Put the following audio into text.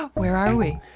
where are we?